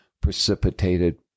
precipitated